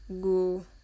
go